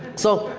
so,